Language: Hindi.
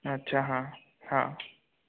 अच्छा हाँ